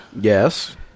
Yes